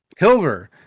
Hilver